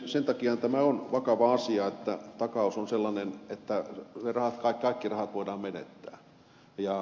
sen takiahan tämä on vakava asia että takaus on sellainen että ne kaikki rahat voidaan menettää